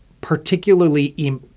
particularly